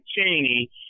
Cheney